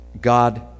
God